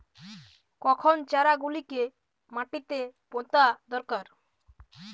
কখন চারা গুলিকে মাটিতে পোঁতা দরকার?